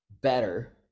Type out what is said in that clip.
better